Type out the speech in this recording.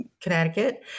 Connecticut